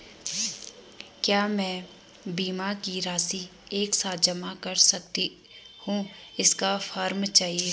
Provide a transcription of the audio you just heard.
क्या मैं बीमा की राशि एक साथ जमा कर सकती हूँ इसका फॉर्म चाहिए?